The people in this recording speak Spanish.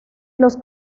los